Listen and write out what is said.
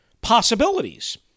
possibilities